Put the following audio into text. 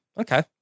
okay